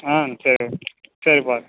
சரி சரி